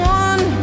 one